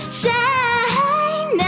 shine